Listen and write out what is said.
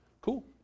Cool